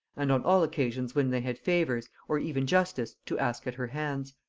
and on all occasions when they had favors, or even justice, to ask at her hands